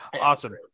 Awesome